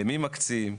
למי מקצים,